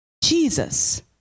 Jesus